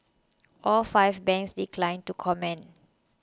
all five banks declined to comment